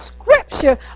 scripture